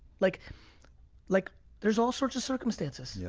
like like there's all sorts of circumstances. yeah